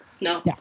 No